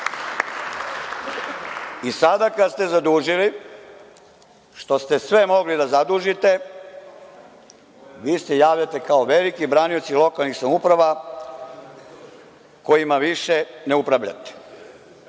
i sada kad ste zadužili što ste sve mogli da zadužite, vi se javljate kao veliki branioci lokalnih samouprava kojima više ne upravljate.